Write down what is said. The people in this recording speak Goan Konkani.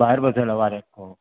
भायर बसयला वाऱ्याक कसो